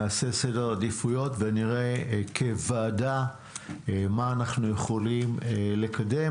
נעשה סדר עדיפויות ונראה מה אנחנו יכולים לקדם כוועדה.